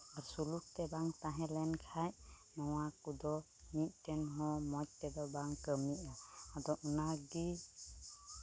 ᱟᱨ ᱥᱩᱞᱩᱠ ᱛᱮ ᱵᱟᱝ ᱛᱟᱦᱮᱸᱞᱮᱱ ᱠᱷᱟᱱ ᱱᱚᱣᱟ ᱠᱚᱫᱚ ᱢᱤᱫᱴᱮᱱ ᱦᱚᱸ ᱢᱚᱡᱽ ᱛᱮᱫᱚ ᱵᱟᱝ ᱠᱟᱹᱢᱤᱜᱼᱟ ᱟᱫᱚ ᱚᱱᱟ ᱜᱮ